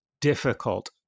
difficult